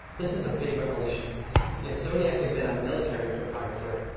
this is a big revelation to us. if zodiac had been a military cryptographer,